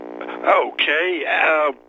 Okay